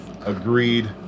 Agreed